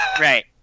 Right